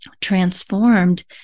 transformed